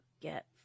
get